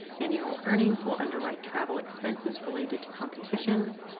annual earnings will underwrite travel expenses related to competitions,